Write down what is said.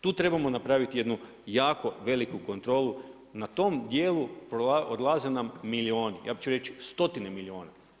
Tu trebamo napraviti jednu jako veliku kontrolu, na tom dijelu odlaze nam milijuni, ja ću reći stotine milijuna.